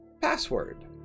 password